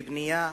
בבנייה,